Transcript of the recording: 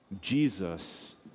Jesus